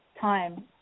time